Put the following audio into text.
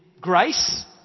Grace